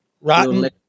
Rotten